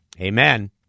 Amen